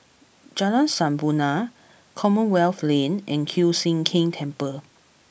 Jalan Sampurna Commonwealth Lane and Kiew Sian King Temple